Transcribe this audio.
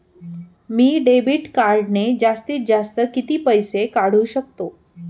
मी debit कार्डने जास्तीत जास्त किती पैसे काढू शकतो?